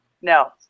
No